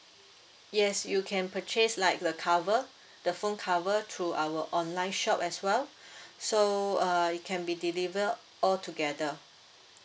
yes you can purchase like the cover the phone cover through our online shop as well so uh it can be deliver all together